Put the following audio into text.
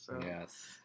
Yes